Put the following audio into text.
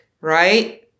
right